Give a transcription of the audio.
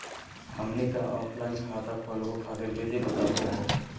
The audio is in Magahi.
हमनी क ऑफलाइन खाता खोलहु खातिर विधि बताहु हो?